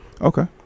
Okay